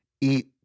eat